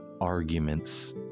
arguments